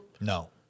No